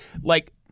Like-